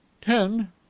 ten